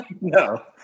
No